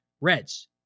Reds